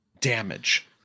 damage